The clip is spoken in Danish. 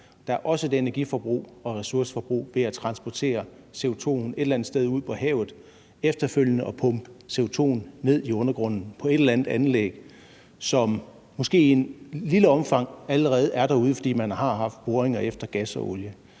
Der er også et energi- og ressourceforbrug ved at transportere CO2'en et eller andet sted ud på havet efterfølgende og pumpe CO2'en ned i undergrunden i et eller andet anlæg, som måske i et lille omfang allerede er derude, fordi man har haft boringer efter gas og olie.